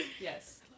Yes